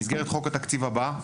במסגרת חוק התקציב הבא,